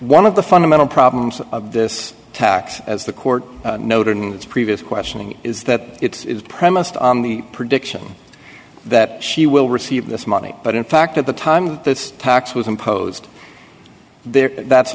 one of the fundamental problems of this tax as the court noted in its previous questioning is that it's premised on the prediction that she will receive this money but in fact at the time this tax was imposed th